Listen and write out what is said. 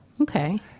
Okay